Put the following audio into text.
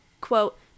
quote